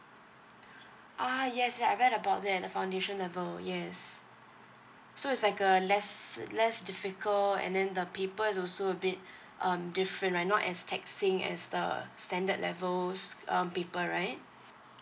ah yes yes I read about that the foundation level yes so is like a less less difficult and then the paper is also a bit um different right not as taxing as the standard levels um paper right